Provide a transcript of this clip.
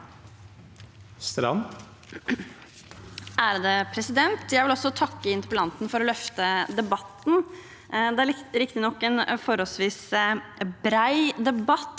jeg vil takke interpellanten for å løfte denne debatten. Det er riktignok en forholdsvis bred debatt,